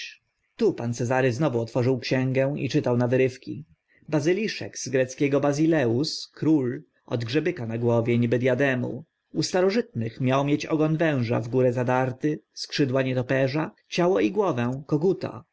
tu pan cezary znów otworzył księgę i czytał na wyrywki bazyliszek z greckiego basileus król od grzebyka na głowie niby diademu u starożytnych miał mieć ogon węża w górę zadarty skrzydła nietoperza ciało i głowę koguta